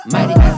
Mighty